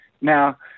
Now